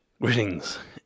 Greetings